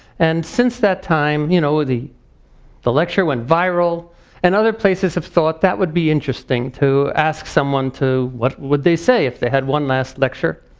and since that time, you know the the lecture went viral and other places have thought, that would be interesting to ask someone to what would they say if they had one last lecture.